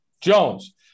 Jones